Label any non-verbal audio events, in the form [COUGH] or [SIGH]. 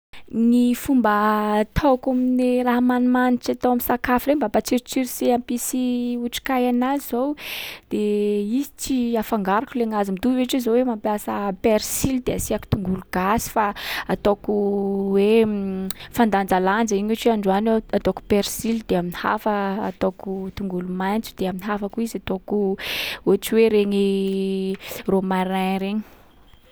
Ny fomba ataoko amin’ny raha manimanitry atao amin’ny sakafo hoe mba hampatsirotsiro sakafo sy hampisy otrikay anazy zao, de izy tsy afangaroko le gnazy mitovy ohatry hoe zao mampiasa persily de asiàko tongolo gasy, fa ataoko hoe [HESITATION] [NOISE] fandanjalanja iny ohatry hoe androany aho, ataoko persily, de am'hafa ataoko tongolo maitso, de am'hafa koa izy ataoko ohatry hoe regny [NOISE] romarin regny.